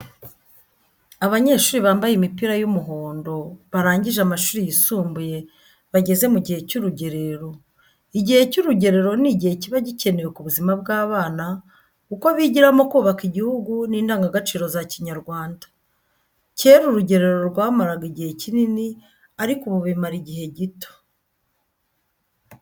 Abanyeshuri bambaye imipira y'umuhondo barangije amashuri y'isumbuye bageze mu gihe cy'urugerero, igihe cy'urugerero ni igihe kiba gikenewe ku buzima bw'abana kuko bigiramo kubaka igihugu n'indangagaciro za Kinyarwanda. Kera urugerero rwamaraga igihe kinini ariko ubu bimara igihe gito.